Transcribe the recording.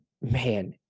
man